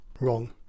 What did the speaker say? Wrong